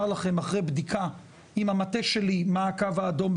לכם אחרי בדיקה עם המטה שלי מה הקו האדום,